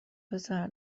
پسر